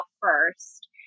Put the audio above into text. first